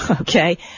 okay